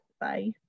Bye